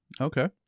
Okay